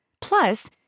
Plus